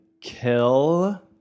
kill